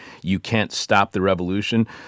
YouCan'tStopTheRevolution